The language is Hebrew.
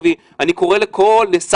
אני קורא לראש הממשלה הרזרבי,